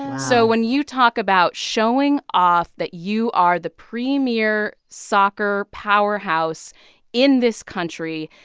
so when you talk about showing off that you are the premier soccer powerhouse in this country,